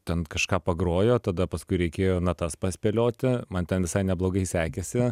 ten kažką pagrojo tada paskui reikėjo natas paspėlioti man visai neblogai sekėsi